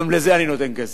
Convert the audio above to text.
גם לזה אני נותן כסף.